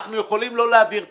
אנחנו יכולים לא להעביר תקציבים,